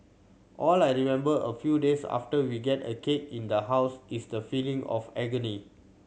all I remember a few days after we get a cake in the house is the feeling of agony